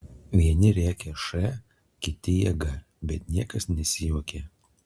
vieni rėkė š kiti jėga bet niekas nesijuokė